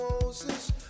Moses